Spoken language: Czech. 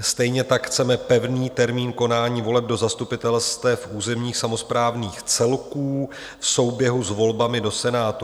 Stejně tak chceme pevný termín konání voleb do zastupitelstev územních samosprávných celků v souběhu s volbami do Senátu.